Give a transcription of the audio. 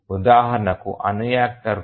ఉదాహరణకు అణు రియాక్టర్ కు